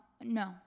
no